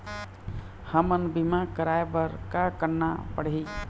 हमन बीमा कराये बर का करना पड़ही?